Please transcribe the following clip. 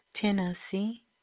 Tennessee